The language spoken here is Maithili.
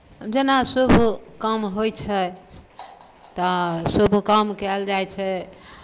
जेना शुभ काम होइ छै तऽ शुभ काम कयल जाइ छै